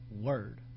word